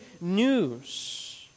news